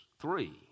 three